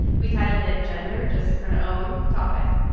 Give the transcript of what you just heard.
we titled it gender just to kind of own the topic.